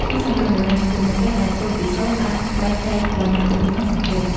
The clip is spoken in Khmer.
ក្នុងសម័យបុរាណ សម្លៀកបំពាក់ដែលធ្វើពីសូត្របានបែងចែកវណ្ណៈមនុស្សក្នុងសង្គម។